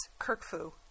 Kirkfu